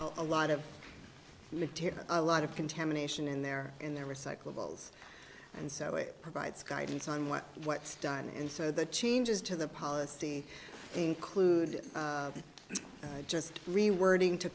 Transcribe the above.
material a lot of contamination in their in their recyclables and so it provides guidance on what what's done and so the changes to the policy include just rewording to